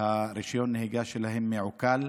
שרישיון הנהיגה שלהם מעוקל.